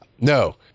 No